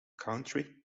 country